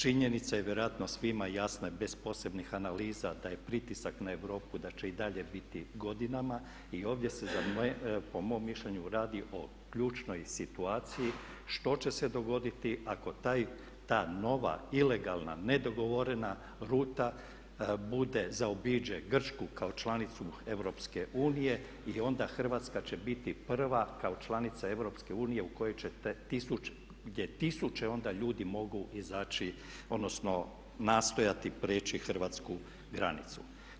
Činjenica je vjerojatno svima jasna i bez posebnih analiza da je pritisak na Europu da će i dalje biti godinama i ovdje se po mom mišljenju radi o ključnoj situaciji što će se dogoditi ako ta nova ilegalna nedogovorena ruta zaobiđe Grčku kao članicu EU i onda Hrvatska će biti prva kao članica EU u kojoj će te tisuće onda ljudi mogu izaći odnosno nastojati prijeći hrvatsku granicu.